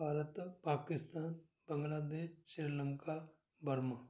Bharat Pakistan Bangladesh Sri Lanka Burma